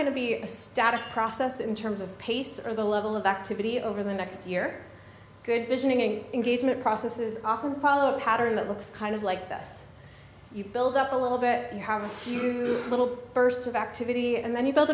going to be a static process in terms of pace or the level of activity over the next year good visioning engagement processes often follow a pattern that looks kind of like this you build up a little bit and have a few little bursts of activity and then you build